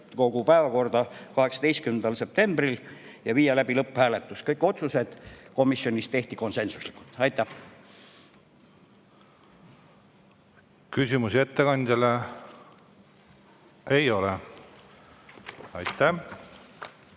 täiskogu päevakorda 18. septembril ja viia läbi lõpphääletus. Kõik otsused komisjonis tehti konsensuslikult. Aitäh! Küsimusi ettekandjale ei ole. Aitäh!